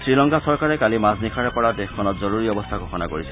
শ্ৰীলংকা চৰকাৰে কালি মাজনিশাৰ পৰা দেশখনত জৰুৰী অৱস্থা ঘোষণা কৰিছে